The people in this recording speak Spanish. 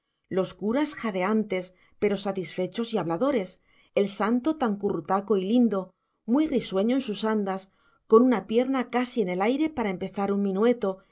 torrentes los curas jadeantes pero satisfechos y habladores el santo tan currutaco y lindo muy risueño en sus andas con una pierna casi en el aire para empezar un minueto